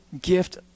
gift